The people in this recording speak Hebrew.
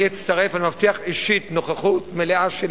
אני אצטרף ואני מבטיח אישית נוכחות מלאה שלי